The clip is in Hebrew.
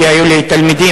כי היו אצלי תלמידים.